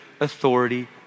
authority